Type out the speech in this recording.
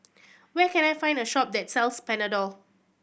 where can I find a shop that sells Panadol